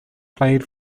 played